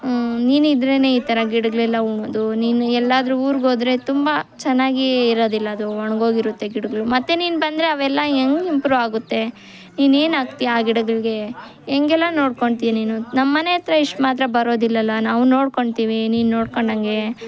ನೀನು ಇದ್ದರೇನೆ ಈ ಥರ ಗಿಡಗಳೆಲ್ಲ ಉಣ್ಣೋದು ನೀನು ಎಲ್ಲಾದ್ರೂ ಊರಿಗೋದ್ರೆ ತುಂಬ ಚೆನ್ನಾಗಿ ಇರೋದಿಲ್ಲ ಅದು ಒಣಗೋಗಿರುತ್ತೆ ಗಿಡಗಳು ಮತ್ತೆ ನೀನು ಬಂದರೆ ಅವೆಲ್ಲ ಹೆಂಗೆ ಇಂಪ್ರೂವ್ ಆಗುತ್ತೆ ನೀನು ಏನು ಹಾಕ್ತೀಯಾ ಆ ಗಿಡಗಳಿಗೆ ಹೆಂಗೆಲ್ಲ ನೋಡ್ಕೊಳ್ತೀಯ ನೀನು ನಮ್ಮನೆ ಹತ್ರ ಇಷ್ಟು ಮಾತ್ರ ಬರೋದಿಲ್ಲಲ್ಲ ನಾವು ನೋಡ್ಕೊಳ್ತೀವಿ ನೀನು ನೋಡ್ಕೊಂಡಂಗೆ